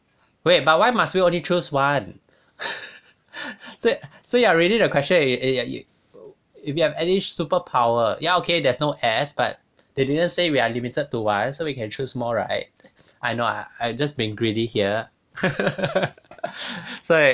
wait but why must we only choose one so so you are reading the question if if if you have any superpower ya okay there's no s~ but they didn't say we are limited to one so we can choose more right I know I'm just being greedy here 所以